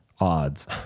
odds